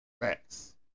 Facts